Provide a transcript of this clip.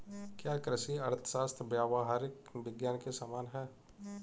क्या कृषि अर्थशास्त्र व्यावहारिक विज्ञान के समान है?